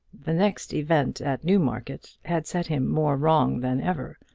the next event at newmarket had set him more wrong than ever,